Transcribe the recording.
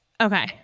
Okay